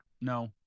no